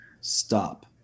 stop